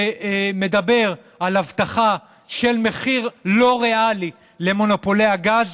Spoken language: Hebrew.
שמדבר על הבטחה של מחיר לא ריאלי למונופולי הגז,